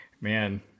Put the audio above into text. man